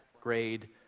grade